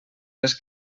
les